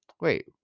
wait